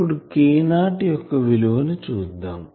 ఇప్పుడు K0 యొక్క విలువ ని చూద్దాం